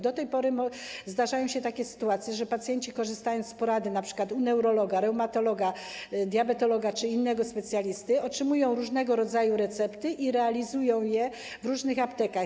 Do tej pory zdarzają się takie sytuacje, że pacjenci, korzystając z porady np. neurologa, reumatologa, diabetologa czy innego specjalisty, otrzymują różnego rodzaju recepty i realizują je w różnych aptekach.